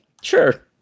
sure